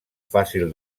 fàcil